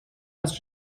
است